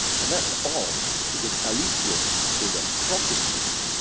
and that's odd because alesius is a protestant,